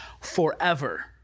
forever